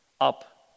up